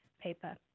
paper